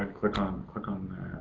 click um click on